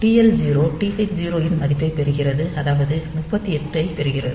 TL0 TH0 இன் மதிப்பைப் பெறுகிறது அதாவது 38 h ஐப் பெறுகிறது